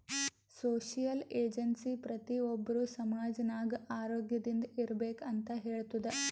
social agency ಪ್ರತಿ ಒಬ್ಬರು ಸಮಾಜ ನಾಗ್ ಆರೋಗ್ಯದಿಂದ್ ಇರ್ಬೇಕ ಅಂತ್ ಹೇಳ್ತುದ್